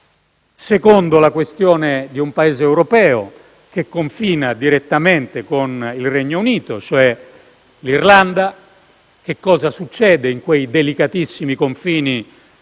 altresì la questione di un Paese europeo che confina direttamente con il Regno Unito, cioè l'Irlanda, ossia che cosa succede in quei delicatissimi confini